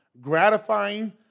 gratifying